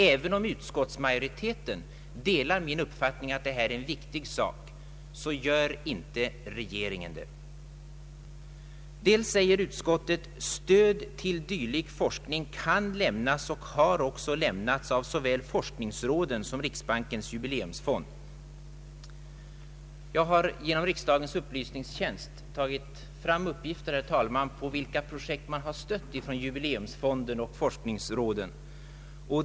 Även om utskottsmajoriteten delar min uppfattning att detta är en viktig fråga, gör tyvärr inte regeringen det. lik forskning kan lämnas — och har också lämnats — av såväl forskningsråden som riksbankens <jubileums fond.” Jag har genom riksdagens upplysningstjänst tagit fram uppgifter, herr talman, om vilka projekt jubi leumsfonden och forskningsråden stött.